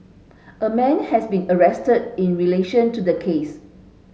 a man has been arrested in relation to the case